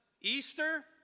easter